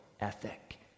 ethic